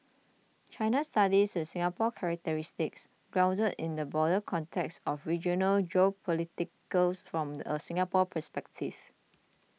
China studies with Singapore characteristics grounded in the broader context of regional geopolitics from a Singapore perspective